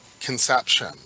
conception